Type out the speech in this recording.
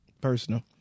personal